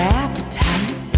appetite